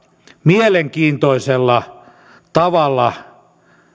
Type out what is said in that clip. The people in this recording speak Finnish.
mielenkiintoisella tavalla